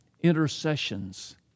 intercessions